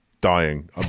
dying